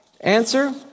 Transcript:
Answer